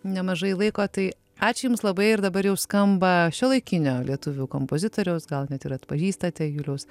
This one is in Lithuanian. nemažai laiko tai ačiū jums labai ir dabar jau skamba šiuolaikinio lietuvių kompozitoriaus gal net ir atpažįstate juliaus